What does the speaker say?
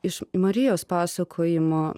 iš marijos pasakojimo